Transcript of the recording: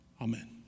Amen